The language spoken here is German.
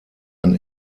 ein